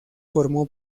formó